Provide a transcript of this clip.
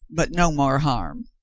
but no more harm.